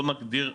בוא נגדיר,